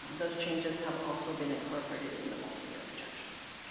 um those changes have also been incorporated in the multi-year projections.